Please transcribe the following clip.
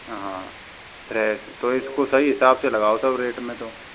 हाँ फ्रेश तो इसको सही हिसाब से लगाओ सब रेट में तो